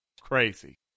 crazy